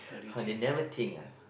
they never think ah